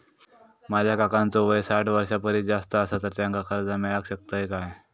माझ्या काकांचो वय साठ वर्षां परिस जास्त आसा तर त्यांका कर्जा मेळाक शकतय काय?